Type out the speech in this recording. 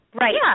Right